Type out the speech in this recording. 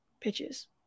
pitches